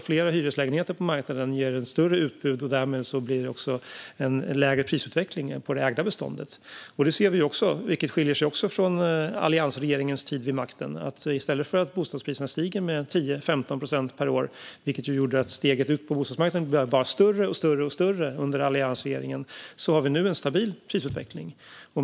Fler hyreslägenheter på marknaden ger ett större utbud, vilket gör prisutvecklingen lägre jämfört med det ägda beståndet. Vi ser också att vi nu har en stabil prisutveckling, vilket även det skiljer sig från hur det såg ut under alliansregeringens tid vid makten. I stället för att bostadspriserna stiger med 10-15 procent per år, vilket gjorde att tröskeln in på bostadsmarknaden bara blev högre och högre under alliansregeringen, är utvecklingen nu stabil.